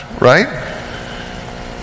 right